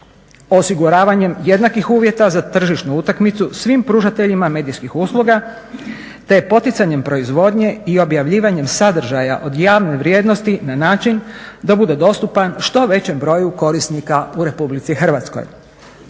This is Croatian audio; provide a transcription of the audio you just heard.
Osiguravanjem jednakih uvjeta za tržišnu utakmicu svim pružateljima medijskih usluga te poticanjem proizvodnje i objavljivanjem sadržaja od javne vrijednosti na način da bude dostupan u što većem broju korisnika u RH. I na kraju